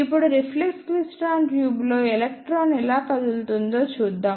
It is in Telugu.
ఇప్పుడు రిఫ్లెక్స్ క్లైస్ట్రాన్ ట్యూబ్లో ఎలక్ట్రాన్ ఎలా కదులుతుందో చూద్దాం